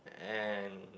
and